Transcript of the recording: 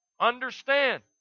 Understand